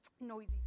Noisy